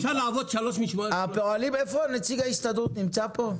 נציג ההסתדרות נמצא פה?